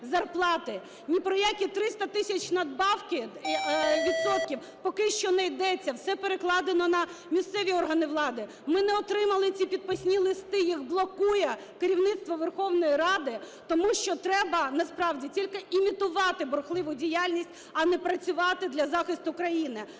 Ні про які 300 тисяч надбавки… відсотків поки що не йдеться, все перекладено на місцеві органи влади. Ми не отримали ці підписні листи, їх блокує керівництво Верховної Ради, тому що треба насправді тільки імітувати бурхливу діяльність, а не працювати для захисту країни.